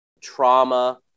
trauma